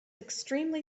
extremely